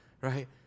Right